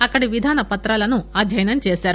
అక్కడి విధాన పత్రాలను అధ్యయనం చేశారు